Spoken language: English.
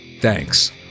Thanks